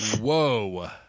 Whoa